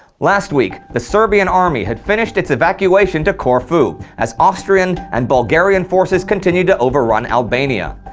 last week the serbian army had finished its evacuation to corfu, as austrian and bulgarian forces continued to overrun albania.